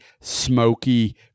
smoky